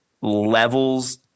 levels